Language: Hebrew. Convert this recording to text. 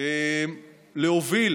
להוביל